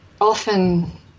often